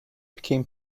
became